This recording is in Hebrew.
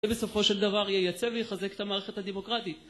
ובסופו של דבר יייצא ויחזק את המערכת הדמוקרטית